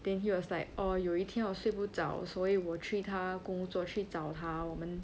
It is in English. then he was like orh 有一天我睡不着所以我去她工作去找她我们